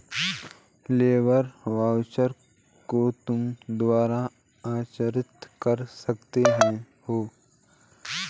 labour voucher को तुम दोबारा अर्जित कर सकते हो